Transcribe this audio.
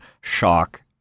shock